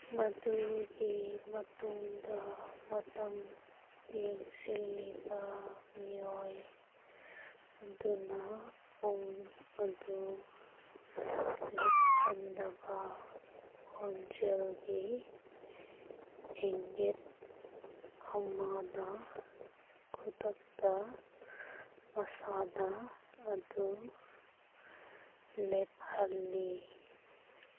ꯃꯗꯨꯒꯤ ꯃꯇꯨꯡꯗ ꯃꯇꯝ ꯌꯦꯡꯁꯤꯜꯂꯤꯕ ꯃꯤꯑꯣꯏ ꯑꯗꯨꯅ ꯄꯨꯡ ꯑꯗꯨ ꯂꯦꯞꯍꯟꯅꯕ ꯈꯣꯟꯖꯦꯜꯒꯤ ꯏꯪꯒꯤꯠ ꯑꯃꯅ ꯈꯨꯗꯛꯇ ꯃꯁꯥꯟꯅ ꯑꯗꯨ ꯂꯦꯞꯍꯜꯂꯤ